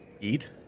Eat